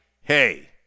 hey